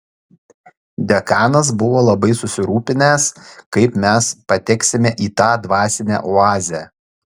dekanas buvo labai susirūpinęs kaip mes pateksime į tą dvasinę oazę